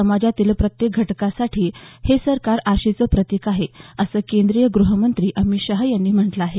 समाजातील प्रत्येक घटकासाठी हे सरकार आशेचं प्रतीक आहे असं केंद्रीय गृहमंत्री अमित शहा यांनी म्हटलं आहे